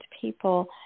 people